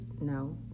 no